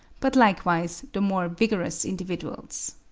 but likewise the more vigorous individuals.